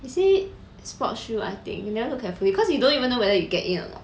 is it sports shoe I think never look carefully because you don't even know whether you get get in or not